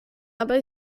aber